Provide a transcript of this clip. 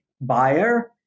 buyer